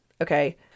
Okay